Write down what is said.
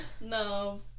No